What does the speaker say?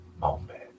moment